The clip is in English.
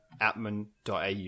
atman.au